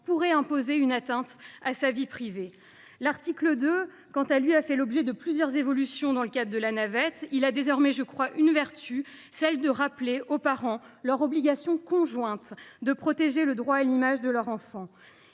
pourrait constituer une atteinte à sa vie privée. L’article 2 a quant à lui fait l’objet de plusieurs évolutions dans le cadre de la navette. Il a désormais – je le crois – la vertu de rappeler aux parents leur obligation conjointe de protéger le droit à l’image de leur enfant.